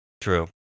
True